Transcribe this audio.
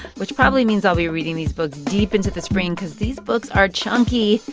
which probably means i'll be reading these books deep into the spring because these books are chunky.